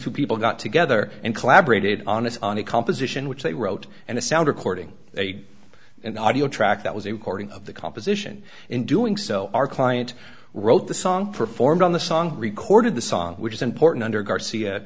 two people got together and collaborated on this on a composition which they wrote and a sound recording they an audio track that was a recording of the composition in doing so our client wrote the song performed on the song recorded the song which is important under garcia